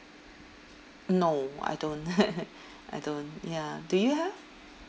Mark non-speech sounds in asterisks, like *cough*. no I don't *laughs* I don't ya do you have